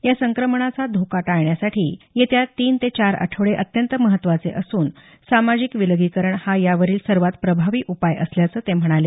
या संक्रमणाचा धोका टाळण्यासाठी पुढील तीन ते चार आठवडे अत्यंत महत्वाचे असून सामाजिक विलगीकरण हा यावरील सर्वात प्रभावी उपाय असल्याचं ते म्हणाले